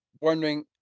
wondering